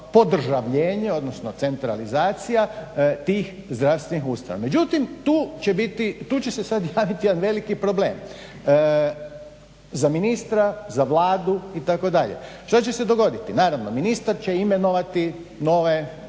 odnosno centralizacija tih zdravstvenih ustanova. Međutim tu će biti, tu će se sad javiti jedan veliki problem za ministra, za Vladu itd. Što će se dogoditi? Naravno ministar će imenovati nove stečajne